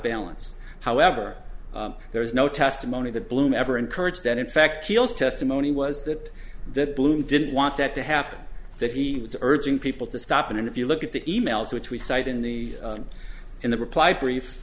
balance however there is no testimony that bloom ever encouraged that in fact keels testimony was that that bloom didn't want that to happen that he was urging people to stop and if you look at the e mails which we cite in the in the reply brief